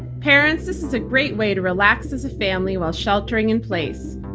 parents, this is a great way to relax as a family while sheltering in place.